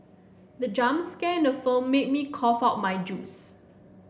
the jump scare in the film made me cough out my juice